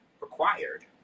required